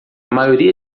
maioria